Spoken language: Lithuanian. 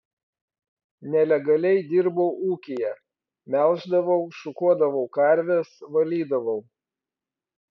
nelegaliai dirbau ūkyje melždavau šukuodavau karves valydavau